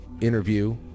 interview